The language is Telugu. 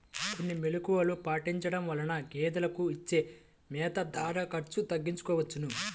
కొన్ని మెలుకువలు పాటించడం వలన గేదెలకు ఇచ్చే మేత, దాణా ఖర్చు తగ్గించుకోవచ్చును